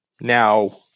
now